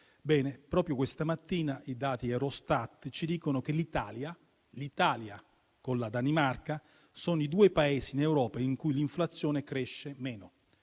Bene, proprio questa mattina i dati Eurostat ci dicono che l'Italia e la Danimarca sono i due Paesi in Europa in cui l'inflazione cresce meno,